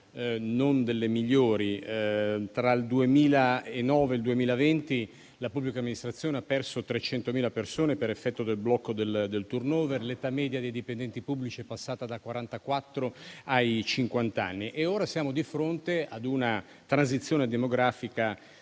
non delle migliori: tra il 2009 e il 2020 la pubblica amministrazione ha perso 300.000 persone per effetto del blocco del *turnover*; l'età media dei dipendenti pubblici è passata da quarantaquattro a cinquant'anni; ora siamo di fronte a una transizione demografica